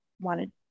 wanted